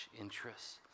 interests